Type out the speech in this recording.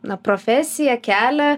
na profesiją kelią